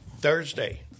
Thursday